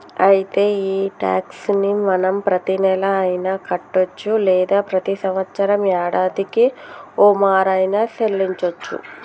అయితే ఈ టాక్స్ ని మనం ప్రతీనెల అయిన కట్టొచ్చు లేదా ప్రతి సంవత్సరం యాడాదికి ఓమారు ఆయిన సెల్లించోచ్చు